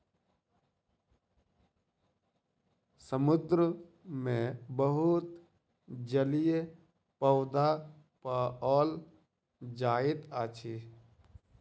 समुद्र मे बहुत जलीय पौधा पाओल जाइत अछि